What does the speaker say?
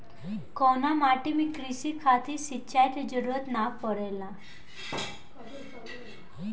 कउना माटी में क़ृषि खातिर सिंचाई क जरूरत ना पड़ेला?